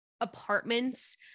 apartments